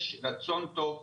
ברוכים הבאים לוועדת הבריאות.